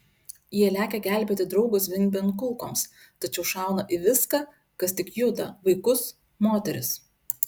jie lekia gelbėti draugo zvimbiant kulkoms tačiau šauna į viską kas tik juda vaikus moteris